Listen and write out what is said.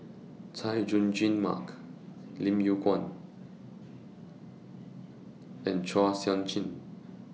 Chay Jung Jun Mark Lim Yew Kuan and Chua Sian Chin